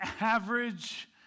average